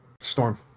Storm